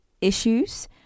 issues